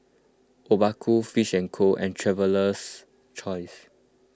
Obaku Fish and Co and Traveler's Choice